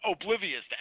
oblivious